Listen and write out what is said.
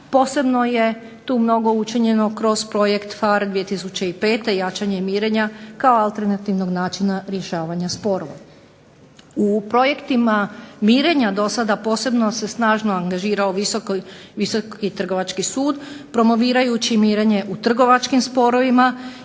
posebno je tu mnogo učinjeno kroz projekt FAR 2005. jačanje i mirenja kao alternativnog načina rješavanja sporova. U projektima mirenja do sada posebno se snažno angažirao Visoki trgovački sud promovirajući mirenje u trgovačkim sporovima